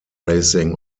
racing